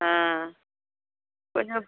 ஆ கொஞ்சம்